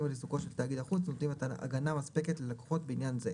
על עיסוקו של תאגיד החוץ נותנים הגנה מספקת ללקוחות בעניין זה.